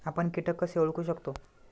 आपण कीटक कसे ओळखू शकतो?